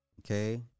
Okay